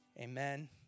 Amen